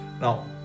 Now